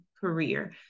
career